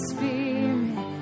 Spirit